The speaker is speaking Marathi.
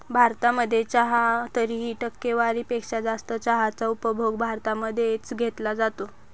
भारतामध्ये चहा तरीही, टक्केवारी पेक्षा जास्त चहाचा उपभोग भारतामध्ये च घेतला जातो